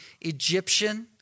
Egyptian